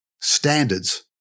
standards